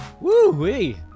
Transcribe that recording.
Woo-wee